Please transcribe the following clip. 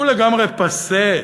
הוא לגמרי פאסה,